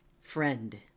friend